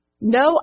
no